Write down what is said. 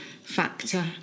factor